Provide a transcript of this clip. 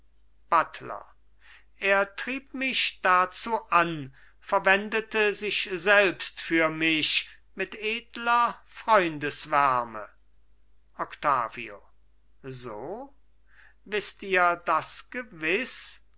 buttler er trieb mich dazu an verwendete sich selbst für mich mit edler freundeswärme octavio so wißt ihr das gewiß